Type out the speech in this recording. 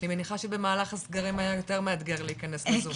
אני מניחה שבמהלך הסגרים היה יותר מאתגר להיכנס לזום.